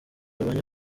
babanye